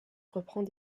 reprend